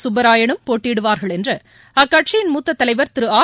சுப்பராயனும் போட்டியிடுவார்கள் என்று அக்கட்சியின் மூத்த தலைவா் திரு ஆர்